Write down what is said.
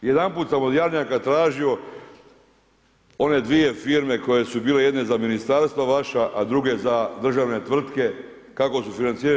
Jedanput sam od Jarnjaka tražio one dvije firme koje su bile jedne za ministarstva vaša, a druge za državne tvrtke kako su financirale.